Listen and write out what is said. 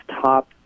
top